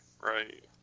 right